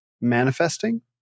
manifesting